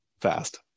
fast